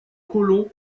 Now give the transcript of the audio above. colons